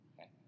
okay